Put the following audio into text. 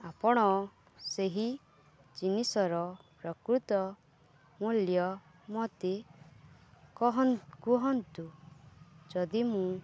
ଆପଣ ସେହି ଜିନିଷର ପ୍ରକୃତ ମୂଲ୍ୟ ମୋତେ କହ କୁହନ୍ତୁ ଯଦି ମୁଁ